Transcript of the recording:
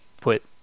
put